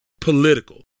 political